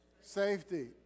safety